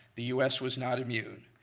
the us was not immune.